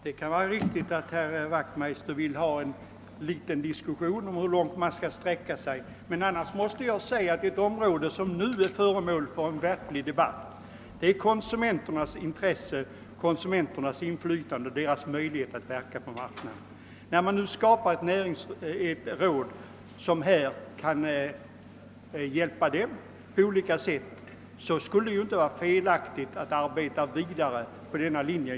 Herr talman! Herr Wachtmeister kan ha rätt i att det behövs en deklaration beträffande hur långt man skall: sträcka sig. De områden som nu är föremål för debatt rör emellertid konsumenternas intresse, inflytande och möjligheter att verka på marknaden. När man nu skapar ett marknadsråd som skall hjälpa dem härmed borde det inte vara fel att sedan arbeta vidare på denna linje.